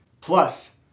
plus